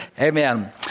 Amen